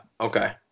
okay